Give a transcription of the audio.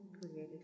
created